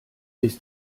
ist